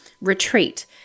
retreat